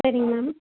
சரிங்க மேம்